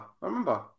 remember